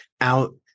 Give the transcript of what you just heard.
out